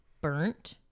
burnt